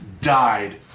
died